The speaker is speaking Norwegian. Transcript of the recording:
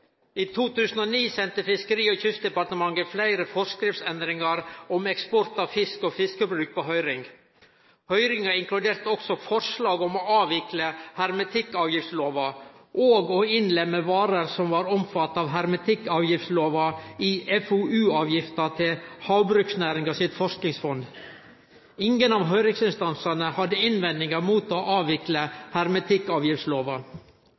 I 2009 sende Fiskeri- og kystdepartementet fleire forskriftsendringar om eksport av fisk og fiskeprodukt på høyring. Høyringa inkluderte også forslag om å avvikle hermetikkavgiftslova og å innlemme varer som var omfatta av hermetikkavgiftslova, i FoU-avgifta til Fiskeri- og havbruksnæringa sitt forskingsfond. Ingen av høyringsinstansane hadde innvendingar mot å